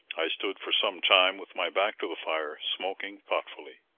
i stood for some time with my back to the fire, smoking thoughtfully.